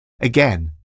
Again